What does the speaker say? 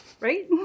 right